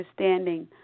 understanding